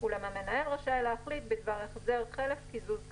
אולם המנהל רשאי להחליט בדבר החזר חלף קיזוז כאמור,